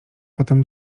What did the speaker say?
potem